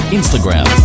Instagram